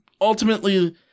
ultimately